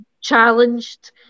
challenged